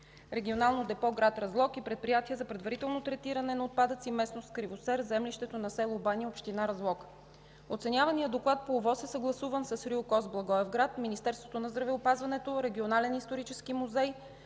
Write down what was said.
„Регионално депо – град Разлог, и Предприятие за предварително третиране на отпадъци – местност „Кривосер”, в землището на село Баня, община Разлог. Оценяваният доклад по ОВОС е съгласуван с РИОКОЗ – Благоевград, Министерството на здравеопазването, Регионалния исторически музей,